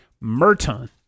Merton